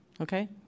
Okay